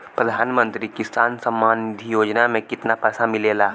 प्रधान मंत्री किसान सम्मान निधि योजना में कितना पैसा मिलेला?